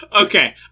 Okay